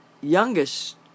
youngest